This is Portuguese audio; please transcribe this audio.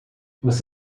você